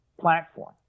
platform